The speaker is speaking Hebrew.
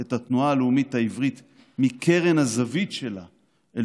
את התנועה הלאומית העברית מקרן הזווית שלה אל